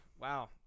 Wow